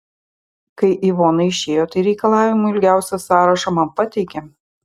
kai ivona išėjo tai reikalavimų ilgiausią sąrašą man pateikė